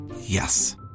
Yes